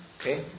Okay